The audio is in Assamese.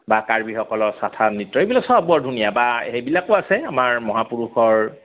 বা কাৰ্বিসকলৰ চাফা নৃত্য এইবিলাক সব বৰ ধুনীয়া বা সেইবিলাকো আছে আমাৰ মহাপুৰুষৰ